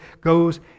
goes